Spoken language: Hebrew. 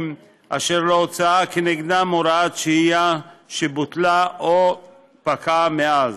אשר לא הוצאה כנגדם הוראת שהייה שבוטלה או פקעה מאז.